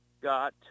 got